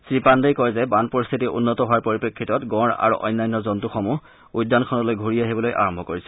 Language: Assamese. শ্ৰীপাণ্ডেই কয় যে বান পৰিস্থিতি উন্নত হোৱাৰ পৰিপ্ৰেক্ষিতত গঁড় আৰু অন্যান্য জন্তসমূহ উদ্যানখনলৈ ঘূৰি আহিবলৈ আৰম্ভ কৰিছে